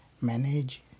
Manage